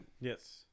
Yes